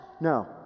no